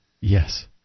Yes